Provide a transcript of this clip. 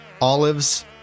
olives